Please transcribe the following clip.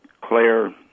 Claire